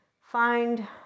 find